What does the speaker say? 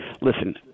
listen –